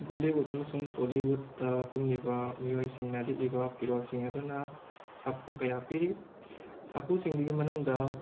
Bollywood ꯑꯃꯁꯨꯡ ꯇꯣꯂꯤꯋꯨꯗꯇ ꯀꯨꯝꯂꯤꯕ ꯃꯤꯑꯣꯏꯁꯤꯡꯅ ꯂꯤꯠꯂꯤꯕ ꯐꯤꯔꯣꯜꯁꯤꯡ ꯑꯗꯨꯅ ꯁꯥꯐꯨ ꯀꯌꯥ ꯄꯤꯔꯤ ꯁꯥꯐꯨꯁꯤꯡꯗꯨꯒꯤ ꯃꯅꯨꯡꯗ